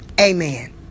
Amen